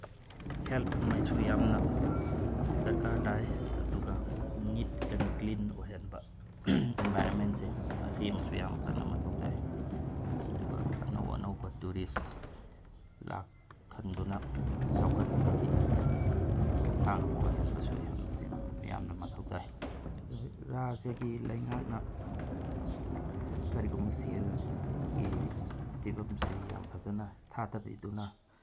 help ꯃꯩꯁꯨ ꯌꯥꯝꯅ ꯗꯔꯀꯥꯔ ꯇꯥꯏ ꯑꯗꯨꯒ ꯅꯤꯠ ꯑꯦꯟ ꯀ꯭ꯂꯤꯟ ꯑꯣꯏꯍꯟꯕ ꯏꯟꯚꯥꯏꯔꯣꯟꯃꯦꯟꯁꯦ ꯑꯁꯤꯃꯁꯨ ꯌꯥꯝ ꯀꯟꯅ ꯃꯊꯧ ꯇꯥꯏ ꯑꯗꯨꯒ ꯑꯅꯧ ꯑꯅꯧꯕ ꯇꯨꯔꯤꯁ ꯂꯥꯛꯍꯟꯗꯨꯅ ꯆꯥꯎꯈꯠꯄꯒꯤ ꯀꯔꯤꯒꯨꯝꯕ ꯈꯣꯡꯊꯥꯡ ꯑꯃ ꯑꯣꯏꯍꯟꯕꯁꯨ ꯌꯥꯝꯅ ꯃꯊꯧ ꯇꯥꯏ ꯑꯗꯨ ꯔꯥꯖ꯭ꯌꯒꯤ ꯂꯩꯉꯥꯛꯅ ꯀꯔꯤꯒꯨꯝꯕ ꯁꯦꯜꯒꯤ ꯐꯤꯕꯝꯁꯦ ꯌꯥꯝ ꯐꯖꯅ ꯊꯥꯗꯕꯤꯗꯨꯅ